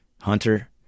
Hunter